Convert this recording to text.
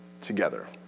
together